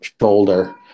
shoulder